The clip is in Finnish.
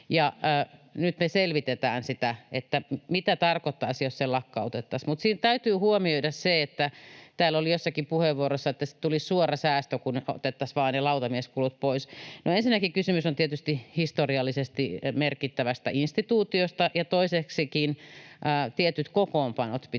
nyt me selvitetään sitä, että mitä tarkoittaisi, jos se lakkautettaisiin. Mutta siinä täytyy huomioida se — täällä oli jossakin puheenvuorossa, että tulisi suora säästö, kun otettaisiin vaan ne lautamieskulut pois — että ensinnäkin kysymys on tietysti historiallisesti merkittävästä instituutiosta, ja toiseksikin tietyt kokoonpanot pitää joka